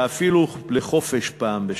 ואפילו לחופשה פעם בשנתיים,